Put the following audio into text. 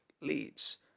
leads